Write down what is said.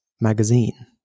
magazine